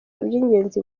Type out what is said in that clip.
by’ingenzi